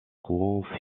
courant